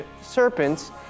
serpents